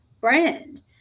brand